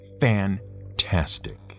Fantastic